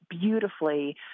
beautifully